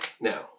Now